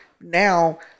Now